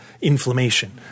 inflammation